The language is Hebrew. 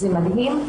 זה מדהים.